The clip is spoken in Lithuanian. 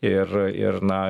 ir ir na